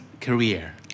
career